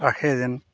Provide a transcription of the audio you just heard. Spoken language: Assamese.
ৰাখে যেন